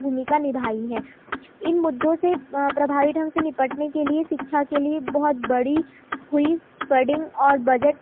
भूमिका निभाई है इन मुद्दों से प्रभावी ढंग से निपटने के लिए सिक्षा के लिए बहुत बड़ी हुई फ़डिंग और बजट